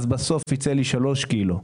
בסוף ייצא לי שלושה קילו.